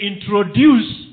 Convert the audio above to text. introduce